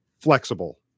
flexible